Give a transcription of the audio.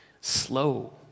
slow